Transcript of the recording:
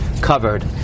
covered